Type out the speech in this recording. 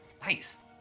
Nice